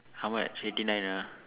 how much eighty nine ah